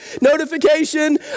notification